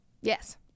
yes